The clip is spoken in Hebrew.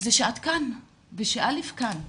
זה שאת כאן וש-א' כאן.